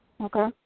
okay